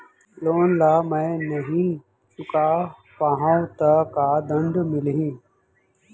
Loan ला मैं नही चुका पाहव त का दण्ड मिलही?